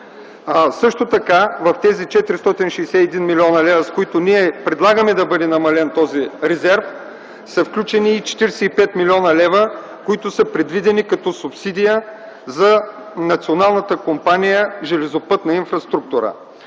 Сливен? В тези 461 млн. лв., с които ние предлагаме да бъде намален този резерв, са включени и 45 млн. лв., които са предвидени като субсидия за Националната компания „Железопътна инфраструктура”.